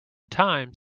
time